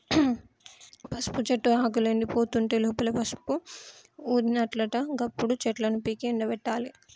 పసుపు చెట్టు ఆకులు ఎండిపోతుంటే లోపల పసుపు ఊరినట్లట గప్పుడు చెట్లను పీకి ఎండపెట్టాలి